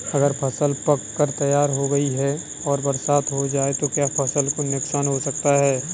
अगर फसल पक कर तैयार हो गई है और बरसात हो जाए तो क्या फसल को नुकसान हो सकता है?